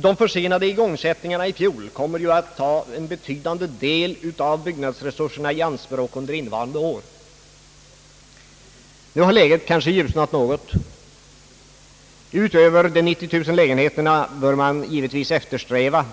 De försenade igångsättningarna i fjol kommer att ta en betydande del av byggnadsresurserna i anspråk under innevarande år. Nu har läget kanske ljusnat något. Utöver de 90 000 lägenheterna bör man givetvis eftersträva